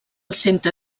centre